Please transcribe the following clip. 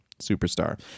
superstar